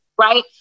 right